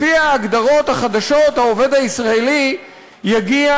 לפי ההגדרות החדשות, העובד הישראלי יגיע